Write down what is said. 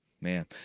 Man